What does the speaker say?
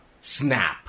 snap